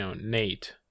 Nate